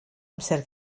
amser